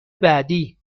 بعدی